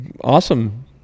Awesome